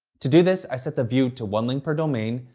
to do this, i set the view to one link per domain,